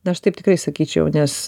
na aš taip tikrai sakyčiau nes